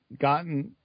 gotten